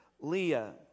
leah